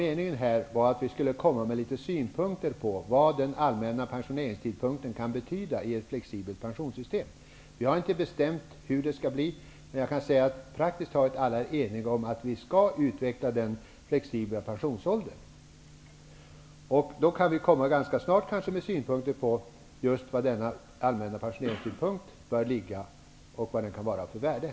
Meningen här var dock att vi skulle komma med litet synpunkter på vad den allmänna pensioneringstidpunkten kan betyda i ett flexibelt pensionssystem. Vi har inte bestämt hur det skall bli. Jag kan dock säga att praktiskt taget alla är eniga om att vi skall utveckla den flexibla pensionsåldern. Då kan vi kanske ganska snart komma med synpunkter på den allmänna pensioneringstidpunkten och vilket värde den kan ha.